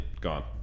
Gone